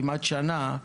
כמעט שנה,